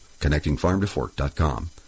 ConnectingFarmToFork.com